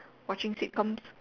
watching sitcoms